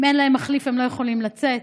אם אין להם מחליף, הם לא יכולים לצאת.